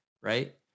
right